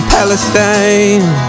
Palestine